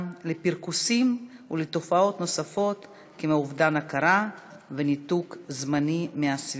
לפרכוסים ולתופעות נוספות כמו אובדן הכרה וניתוק זמני מהסביבה.